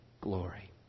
glory